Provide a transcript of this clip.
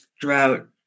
drought